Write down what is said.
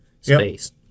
space